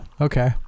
okay